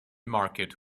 market